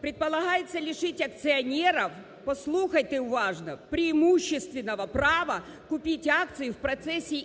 Предполагается лишить акционеров, послухайте уважно, преимущественного права купить акции в процессе